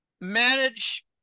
manage